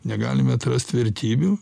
negalime atrast vertybių